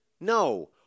No